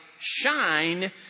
shine